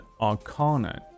Arcana